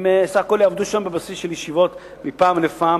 הם בסך הכול יעבדו שם על בסיס של ישיבות מפעם לפעם.